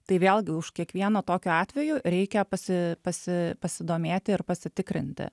tai vėlgi už kiekvieną tokiu atveju reikia pasi pasi pasidomėti ir pasitikrinti